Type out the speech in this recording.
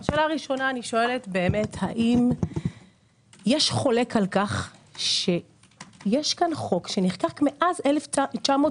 אחת, האם יש חולק על כך שיש פה חוק שנחקק מ-1983,